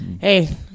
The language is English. Hey